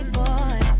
boy